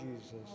Jesus